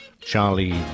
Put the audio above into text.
Charlie